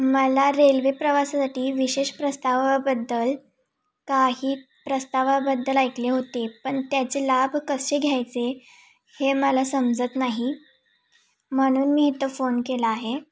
मला रेल्वे प्रवासासाठी विशेष प्रस्तावाबद्दल काही प्रस्तावाबद्दल ऐकले होते पण त्याचे लाभ कसे घ्यायचे हे मला समजत नाही म्हणून मी इथं फोन केला आहे